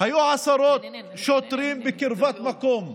היו עשרות שוטרים בקרבת מקום,